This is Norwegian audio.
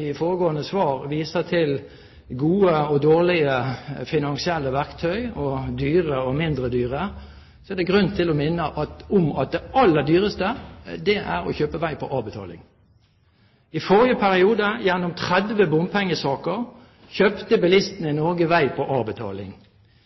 i foregående svar viser til gode og dårlige og dyre og mindre dyre finansielle verktøy, er det grunn til å minne om at det aller dyreste er å kjøpe vei på avbetaling. I forrige periode, gjennom 30 bompengesaker, kjøpte bilistene